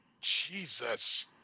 Jesus